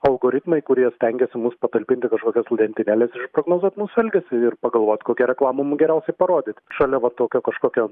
algoritmai kurie stengiasi mus patalpinti į kažkokias lentynėles išprognozuot mūsų elgesį ir pagalvot kokią reklamą mum geriausiai parodyt šalia va tokio kažkokio